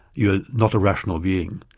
you're not a rational being,